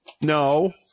No